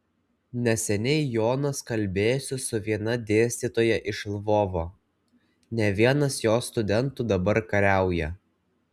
neseniai jonas kalbėjosi su viena dėstytoja iš lvovo ne vienas jos studentų dabar kariauja